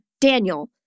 Daniel